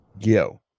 Yo